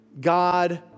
God